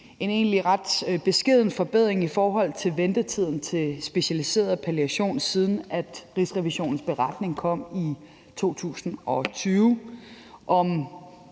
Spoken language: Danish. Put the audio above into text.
er sket en ret beskeden forbedring i forhold til ventetiden til specialiseret palliation, siden Rigsrevisionens beretning kom i 2020. Om